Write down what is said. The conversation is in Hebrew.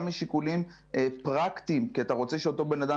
גם משיקולים פרקטיים כי אתה רוצה שאותו בן אדם